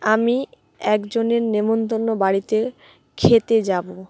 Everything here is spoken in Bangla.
আমি একজনের নেমন্তন্ন বাড়িতে খেতে যাবো